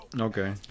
okay